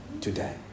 today